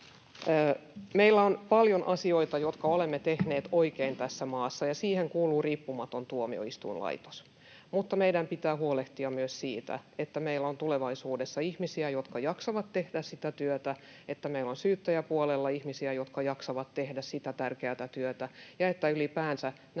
meillä on paljon asioita, jotka olemme tehneet oikein tässä maassa. Siihen kuuluu riippumaton tuomioistuinlaitos, mutta meidän pitää huolehtia myös siitä, että meillä on tulevaisuudessa ihmisiä, jotka jaksavat tehdä sitä työtä, että meillä on syyttäjäpuolella ihmisiä, jotka jaksavat tehdä sitä tärkeätä työtä, ja että ylipäänsä nämä